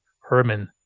Herman